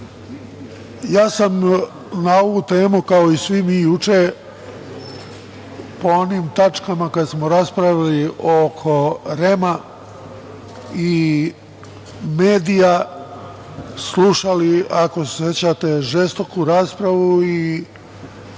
ja sam na ovu temu, kao i svi mi juče, po onim tačkama kada smo raspravljali oko REM-a i medija, slušali, ako se sećate, žestoku raspravu.